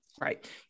Right